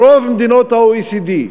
ברוב מדינות ה-OECD,